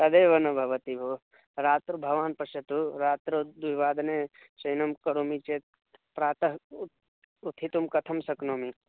तदेव न भवति भोः रात्रौ भवान् पश्यतु रात्रौ द्विवादने शयनं करोमि चेत् प्रातः उत् उत्थितुं कथं शक्नोमि